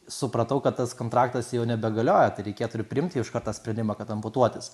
supratau kad tas kontraktas jau nebegalioja tai reikėtų ir priimt jau iškart tą sprendimą kad amputuotis